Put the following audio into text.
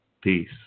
Peace